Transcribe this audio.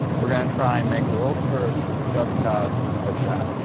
we're gonna try and make the world's first just cause hook shot.